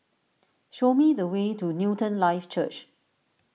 show me the way to Newton Life Church